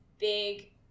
big